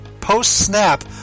post-snap